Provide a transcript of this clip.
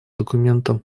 документам